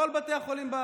לכל בתי החולים,